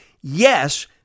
yes